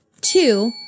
Two